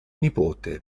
nipote